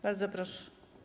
Bardzo proszę.